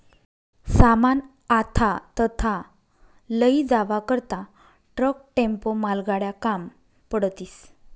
सामान आथा तथा लयी जावा करता ट्रक, टेम्पो, मालगाड्या काम पडतीस